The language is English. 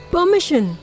Permission